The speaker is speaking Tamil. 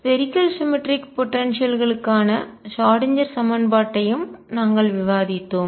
ஸ்பேரிக்கல் சிமெட்ரிக் போடன்சியல் கோள சமச்சீர் ஆற்றல் களுக்கான ஷ்ராடின்ஜெர் சமன்பாட்டையும் நாங்கள் விவாதித்தோம்